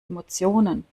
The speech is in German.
emotionen